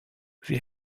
sie